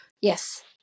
Yes